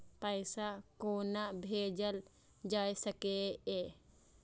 पैसा कोना भैजल जाय सके ये